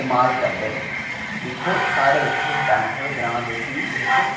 इस्तैमाल करदे न दिक्खो साढ़े इत्थै पैंथल ग्रांऽ बिच भी इक